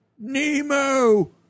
Nemo